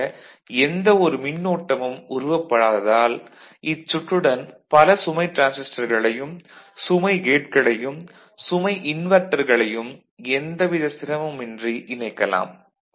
ஆக எந்த ஒரு மின்னோட்டமும் உருவப்படாததால் இச்சுற்றுடன் பல சுமை டிரான்சிஸ்டர்களையும் சுமை கேட்களையும் சுமை இன்வெர்ட்டர்களையும் எந்த வித சிரமுமின்றி இணைக்கலாம்